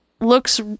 looks